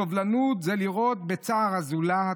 סובלנות זה לראות בצער הזולת,